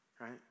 right